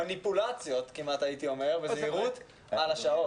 כל מיני כמעט מניפולציות על השעות.